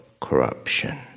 corruption